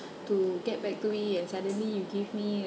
to get back to me and suddenly you give me